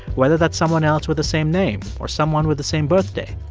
whether that's someone else with the same name or someone with the same birthday.